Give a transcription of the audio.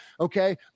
Okay